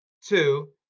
Two